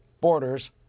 borders